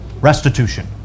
restitution